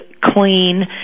clean